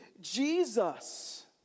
Jesus